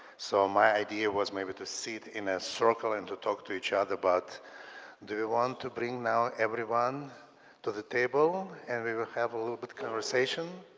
so my idea was maybe to sit in a circle and to talk to each other. but do you want to bring now everyone to the table and we will have a little bit conversation?